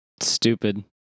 stupid